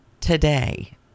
today